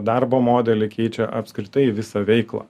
darbo modelį keičia apskritai visą veiklą